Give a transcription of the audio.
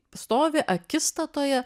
stovi akistatoje